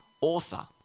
author